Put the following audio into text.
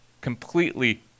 completely